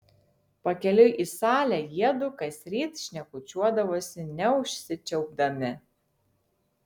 pakeliui į salę jiedu kasryt šnekučiuodavosi neužsičiaupdami